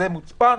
זה מוצפן.